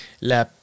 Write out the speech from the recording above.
La